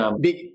Big